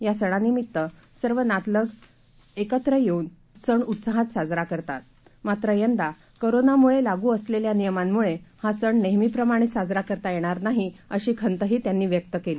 यासणानिमित्तसर्वनातलगमित्रएकत्रयेऊनहासणउत्साहातसाजराकरतात मात्रयंदाकोरोनामुळेलागूअसलेल्यानियमांमुळेहासणनेहमीप्रमाणेसाजराकरतायेणारनाही अशीखंतहीत्यांनीव्यक्तकेली